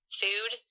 food